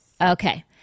Okay